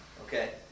Okay